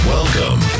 Welcome